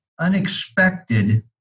unexpected